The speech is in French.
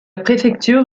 préfecture